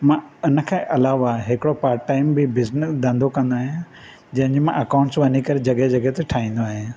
मां हुन खां अलावा हिकुड़ो पार्ट टाइम बि बिज़नेस धंधो कंदो आहियां मां जेकी मां अकाउंटस वञी करे जॻहि जॻहि ठाहींदो आहियां